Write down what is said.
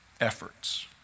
efforts